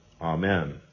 Amen